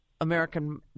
American